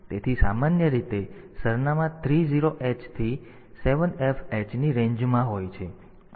તેથી સામાન્ય રીતે સરનામાં 30h થી 7Fh ની રેન્જમાં હોય છે